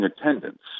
attendance